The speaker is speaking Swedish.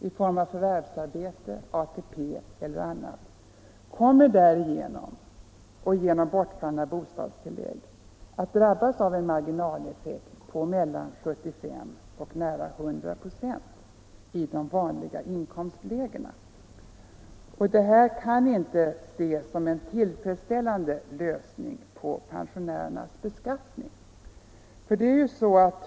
i form av förvärvsarbete, ATP eller dylikt kommer därigenom och genom bortfallet av bostadstillägg att drabbas av en marginaleffekt på mellan 75 och nära 100 96 i de vanligaste inkomstlägena. Detta kan inte ses som en tillfredsställande lösning på problemet med pensionärernas beskattning.